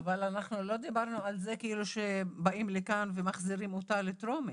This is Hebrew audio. אבל אנחנו לא דיברנו על זה שבאים לכאן ומחזירים אותה לטרומית.